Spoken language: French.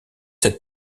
cette